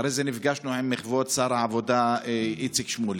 ואחרי זה נפגשנו עם כבוד שר העבודה איציק שמולי.